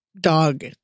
dog